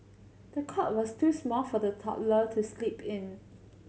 the cot was too small for the toddler to sleep in